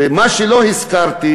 ומה שלא הזכרתי,